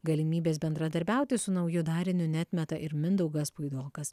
galimybės bendradarbiauti su nauju dariniu neatmeta ir mindaugas puidokas